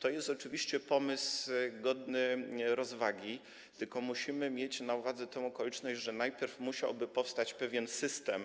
To jest oczywiście pomysł godny rozważenia, tylko musimy mieć na uwadze taką okoliczność, że najpierw musiałby powstać pewien system,